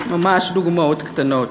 ממש דוגמאות קטנות: